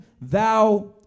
thou